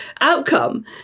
outcome